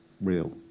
real